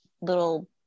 little